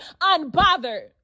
unbothered